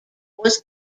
was